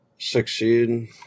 Succeed